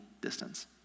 distance